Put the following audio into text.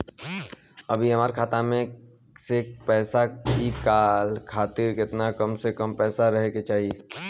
अभीहमरा खाता मे से पैसा इ कॉल खातिर केतना कम से कम पैसा रहे के चाही?